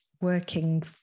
working